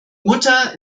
mutter